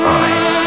eyes